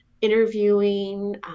interviewing